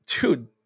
dude